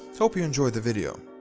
hope you enjoyed the video.